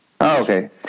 okay